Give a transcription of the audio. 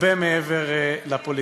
הרבה הרבה מעבר לפוליטיקה.